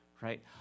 right